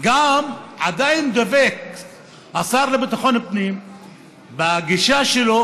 גם עדיין דבק השר לביטחון הפנים בגישה שלו